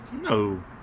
No